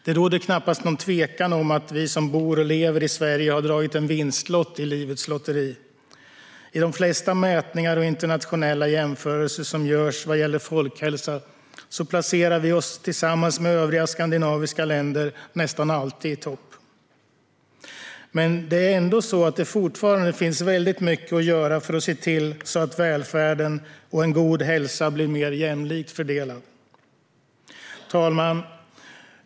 Det råder knappast någon tvekan om att vi som bor och lever i Sverige har dragit en vinstlott i livets lotteri. I de flesta mätningar och internationella jämförelser som görs vad gäller folkhälsa placerar vi oss tillsammans med övriga skandinaviska länder nästan alltid i topp. Men det finns ändå mycket kvar att göra för att välfärd och god hälsa ska bli mer jämlikt fördelad. Herr talman!